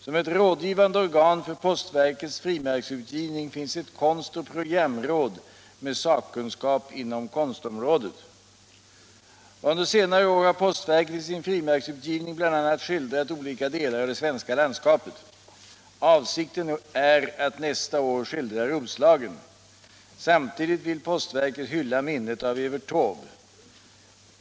Som ett rådgivande organ för postverkets frimärksutgivning finns ett konst och programråd med sakkunskap inom konstområdet. Under senare år har postverket i sin frimärksutgivning bl.a. skildrat olika delar av det svenska landskapet. Avsikten är att nästa år skildra Roslagen. Samtidigt vill postverket hylla minnet av Evert Taube.